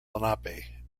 lenape